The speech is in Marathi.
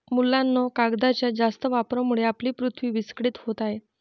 मुलांनो, कागदाच्या जास्त वापरामुळे आपली पृथ्वी विस्कळीत होत आहे